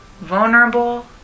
vulnerable